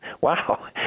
wow